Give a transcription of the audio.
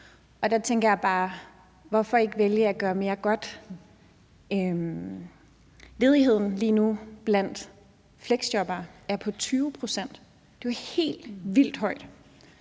Der tænker jeg bare, hvorfor ikke vælge at gøre mere godt? Ledigheden lige nu blandt fleksjobbere er på 20 pct. Det er jo helt vildt højt.